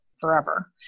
forever